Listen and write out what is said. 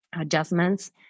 adjustments